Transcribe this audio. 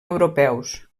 europeus